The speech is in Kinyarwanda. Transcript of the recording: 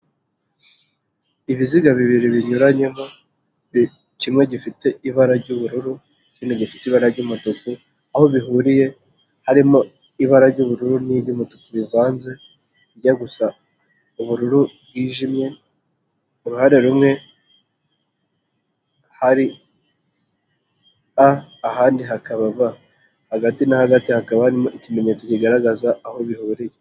Ibiziga bibiri binyuranyemo kimwe gifite ibara ry'ubururu ikindi gifite ibara ry'umutuku, aho bihuriye harimo ibara ry'ubururu niry'umutuku rivanze rijya gusa ubururu bwijimye, uruhande rumwe hari a ahandi hakaba b hagati na hagati hakaba harimo ikimenyetso kigaragaza aho bihuriye.